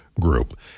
group